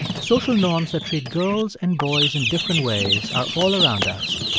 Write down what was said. social norms that treat girls and boys in different ways are all around us.